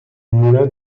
moulin